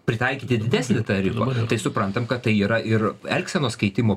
pritaikyti didesnį tarifą tai suprantam kad tai yra ir elgsenos keitimo